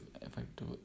effective